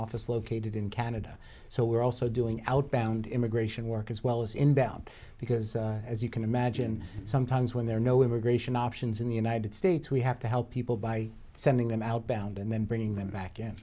office located in canada so we're also doing outbound immigration work as well as inbound because as you can imagine sometimes when there are no immigration options in the united states we have to help people by sending them outbound and then bringing them back